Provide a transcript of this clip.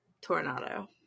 Tornado